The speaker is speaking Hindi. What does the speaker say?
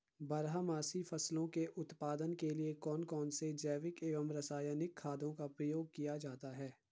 बारहमासी फसलों के उत्पादन के लिए कौन कौन से जैविक एवं रासायनिक खादों का प्रयोग किया जाता है?